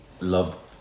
love